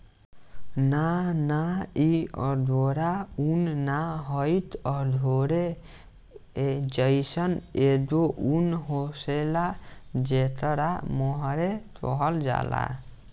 ना ना इ अंगोरा उन ना ह इ त अंगोरे जइसन एगो उन होखेला जेकरा मोहेर कहल जाला